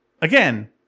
Again